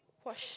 watch